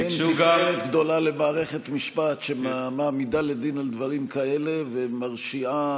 אין תפארת גדולה למערכת משפט שמעמידה לדין על דברים כאלה ומרשיעה